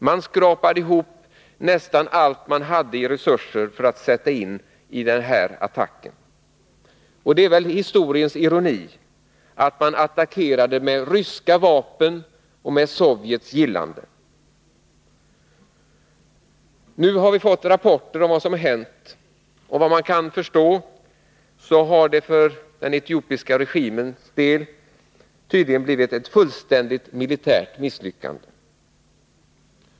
Man skrapade ihop nästan allt man hade i fråga om resurser för att sätta in dem i den här attacken. Det är väl historiens ironi att man attackerade med ryska vapen och med Sovjets gillande. Nu har vi fått rapporter om vad som hänt. Vad man kan förstå har det för den etiopiska regimens del tydligen blivit ett fullständigt militärt misslyckande.